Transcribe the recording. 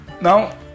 Now